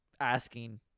Asking